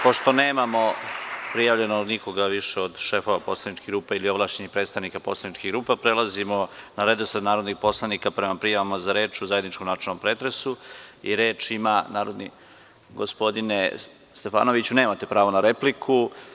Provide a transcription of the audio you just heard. Pošto nemamo više prijavljenih šefova poslaničkih grupa ili ovlašćenih predstavnika poslaničkih grupa, prelazimo na redosled narodnih poslanika prema prijavama za reč u zajedničkom načelnom pretresu. (Borislav Stefanović, s mesta: Replika.) Gospodine Stefanoviću, nemate pravo na repliku.